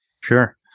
Sure